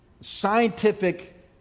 scientific